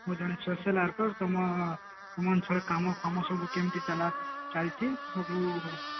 ମୁଁ ଜଣେ social worker ତୁମ ତୁମ ଅଞ୍ଚଳ କାମ ଫାମ ସବୁ କେମିତି ଚାଲା ଚାଲିଛି ସବୁ